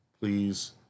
please